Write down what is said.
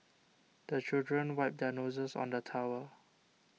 the children wipe their noses on the towel